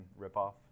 ripoff